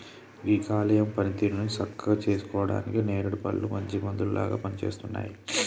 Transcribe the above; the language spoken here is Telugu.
గీ కాలేయం పనితీరుని సక్కగా సేసుకుంటానికి నేరేడు పండ్లు మంచి మందులాగా పనిసేస్తున్నాయి